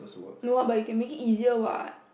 no ah but you can make it easier what